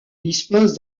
dispose